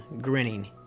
grinning